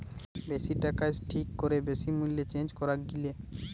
বেশি টাকায় ঠিক করে বেশি মূল্যে চেঞ্জ করা গিলে